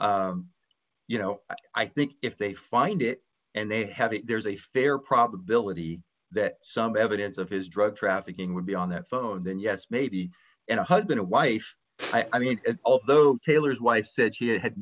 you know i think if they find it and they have it there's a fair probability that some evidence of his drug trafficking would be on that phone then yes maybe and a husband or wife i mean although taylor's wife said she had